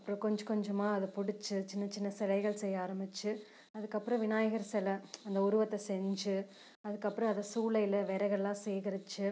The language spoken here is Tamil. அப்புறம் கொஞ்சம் கொஞ்சமாக அதை பிடிச்சி சின்ன சின்ன சிலைகள் செய்ய ஆரபிச்சி அதுக்கப்புறம் அது விநாயகர் செலை அந்த உருவத்தை செஞ்சு அதுக்கப்புறம் அதை சூளையில் விறகெல்லாம் சேகரித்து அதை